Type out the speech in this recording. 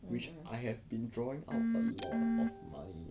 which I have been drawing out a lot of money